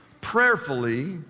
prayerfully